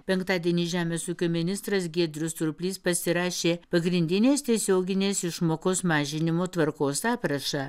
penktadienį žemės ūkio ministras giedrius surplys pasirašė pagrindinės tiesioginės išmokos mažinimo tvarkos aprašą